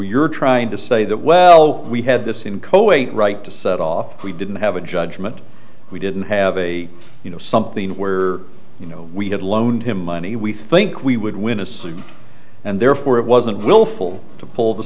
you're trying to say that well we had this in coate right to set off we didn't have a judgment we didn't have a you know something where you know we had loaned him money we think we would win a suit and therefore it wasn't willful to pull the